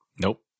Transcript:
Nope